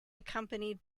accompanied